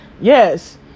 yes